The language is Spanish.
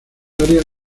áreas